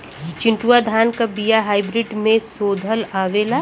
चिन्टूवा धान क बिया हाइब्रिड में शोधल आवेला?